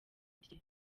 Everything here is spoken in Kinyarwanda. rye